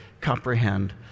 comprehend